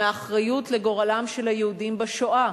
מהאחריות לגורלם של היהודים בשואה,